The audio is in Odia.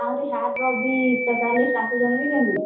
ଆହୁରି ହାର୍ଟର ସ୍ପେଶାଲିଷ୍ଟ୍ ଆସୁଛନ୍ କି କେମ୍ତି